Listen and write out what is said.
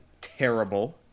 terrible